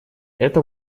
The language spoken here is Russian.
это